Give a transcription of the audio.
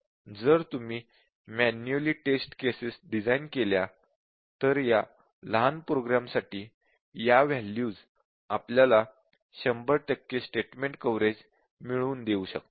जर तुम्ही manually test cases design केल्या तर या लहान प्रोग्राम साठी या वॅल्यूज आपल्याला 100 टक्के स्टेटमेंट कव्हरेज मिळवून देऊ शकतात